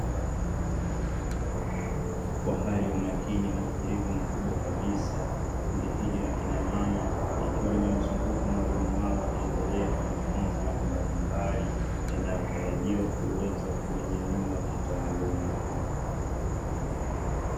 Kwa hali ya umakini na utulivu mkubwa kabisa kundi hili la kina mama likiwa limemzunguka mwalimu wao, wakiendelea kujifunza mamboo mbalimbali yanayotarajia kuweza kuwanyanyua kitaaluma.